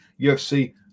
UFC